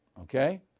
okay